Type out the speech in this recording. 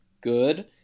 good